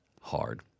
hard